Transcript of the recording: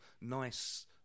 nice